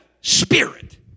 Spirit